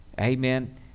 amen